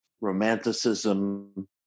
romanticism